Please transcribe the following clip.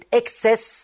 excess